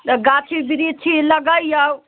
तऽ गाछी वृक्षी लगैयौ